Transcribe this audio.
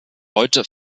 heute